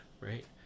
right